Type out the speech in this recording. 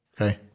okay